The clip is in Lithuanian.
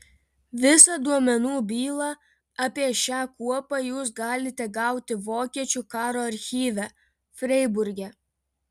visą duomenų bylą apie šią kuopą jūs galite gauti vokiečių karo archyve freiburge